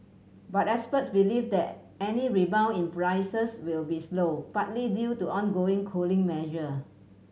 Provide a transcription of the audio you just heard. but experts believe that any rebound in prices will be slow partly due to ongoing cooling measure